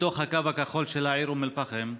בתוך הקו הכחול של העיר אום אל-פחם.